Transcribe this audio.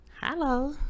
Hello